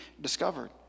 discovered